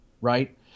right